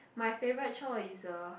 my favorite chore is uh